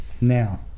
Now